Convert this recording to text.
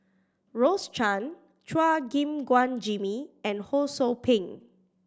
Rose Chan Chua Gim Guan Jimmy and Ho Sou Ping